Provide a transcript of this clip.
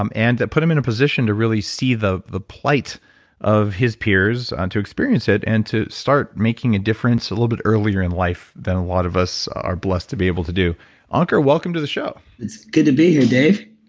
um and put him in a position to really see the plight plight of his peers, to experience it, and to start making a difference a little bit earlier in life than a lot of us are blessed to be able to do ankur, welcome to the show it's good to be here, dave